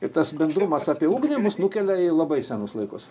ir tas bendrumas apie ugnį mus nukelia į labai senus laikus